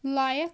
like